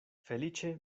feliĉe